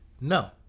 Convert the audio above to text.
no